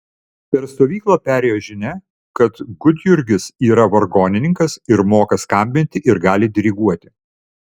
per stovyklą perėjo žinia kad gudjurgis yra vargonininkas ir moka skambinti ir gali diriguoti